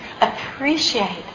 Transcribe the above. Appreciate